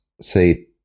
say